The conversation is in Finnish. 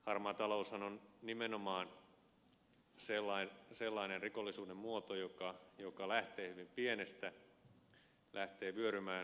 harmaa taloushan on nimenomaan sellainen rikollisuuden muoto joka lähtee hyvin pienestä lähtee vyörymään lumipallon lailla